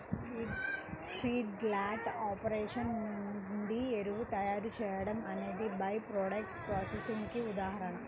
feedlot operation నుండి ఎరువు తయారీ చేయడం అనేది బై ప్రాడక్ట్స్ ప్రాసెసింగ్ కి ఉదాహరణ